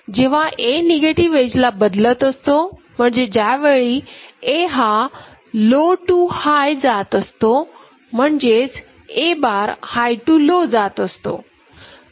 जेव्हा A negative एजला बदलत असतो म्हणजे ज्यावेळी A हा लो टू हाय जात असतो म्हणजे A bar high to low जात असतो